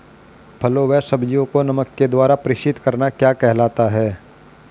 फलों व सब्जियों को नमक के द्वारा परीक्षित करना क्या कहलाता है?